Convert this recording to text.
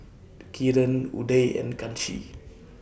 Kiran Udai and Kanshi